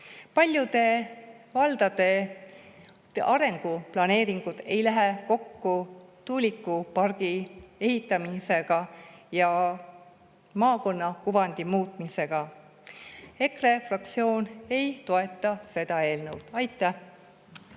Paljude valdade arenguplaneeringud ei lähe kokku tuulikupargi ehitamisega ja maakonna kuvandi muutmisega. EKRE fraktsioon ei toeta seda eelnõu. Aitäh!